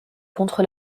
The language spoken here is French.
contre